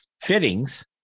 fittings